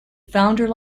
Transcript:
founder